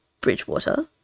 bridgewater